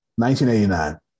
1989